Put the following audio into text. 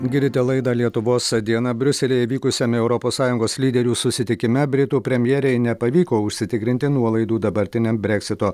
girdite laidą lietuvos diena briuselyje vykusiame europos sąjungos lyderių susitikime britų premjerei nepavyko užsitikrinti nuolaidų dabartiniam breksito